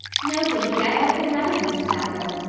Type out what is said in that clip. no, davy, i hope you'll never use tobacco,